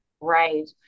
Right